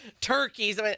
turkeys